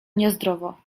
niezdrowo